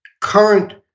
current